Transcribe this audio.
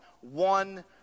one